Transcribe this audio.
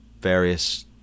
various